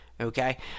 okay